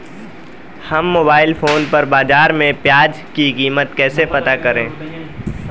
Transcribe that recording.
हम mobile phone पर बाज़ार में प्याज़ की कीमत कैसे पता करें?